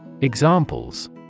Examples